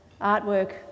artwork